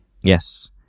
Yes